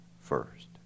first